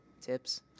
tips